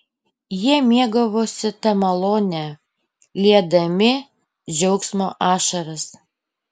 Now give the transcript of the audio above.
jie mėgavosi ta malone liedami džiaugsmo ašaras